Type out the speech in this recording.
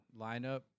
lineup